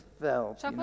felt